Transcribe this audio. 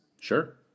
Sure